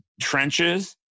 trenches